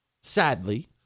sadly